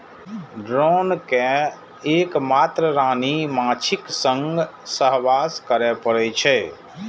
drone कें एक मात्र रानी माछीक संग सहवास करै पड़ै छै